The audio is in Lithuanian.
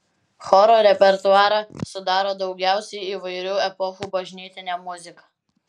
choro repertuarą sudaro daugiausiai įvairių epochų bažnytinė muzika